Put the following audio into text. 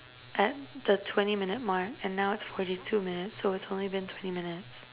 at the twenty minute mark and now it's forty two minutes so it's only been twenty minutes